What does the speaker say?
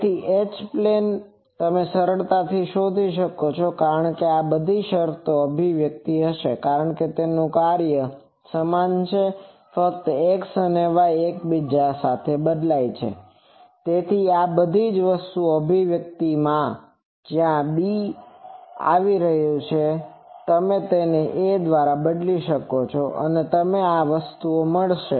તેથી H plane તમે સરળતાથી શોધી શકો છો કારણ કે આ બધી શરતો સમાન અભિવ્યક્તિઓ હશે કારણ કે તેમનું કાર્ય સમાન છે ફક્ત x અને y એકબીજા સાથે બદલાય છે તેથી જ આ બધી અભિવ્યક્તિમાં જ્યાં b આવી રહ્યું છે તમે તેને a દ્વારા બદલો અને તમને આ વસ્તુઓ મળશે